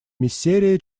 миссерия